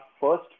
first